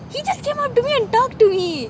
he just came up to me and talk to me